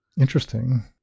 Interesting